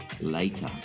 later